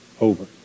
over